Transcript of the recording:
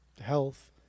health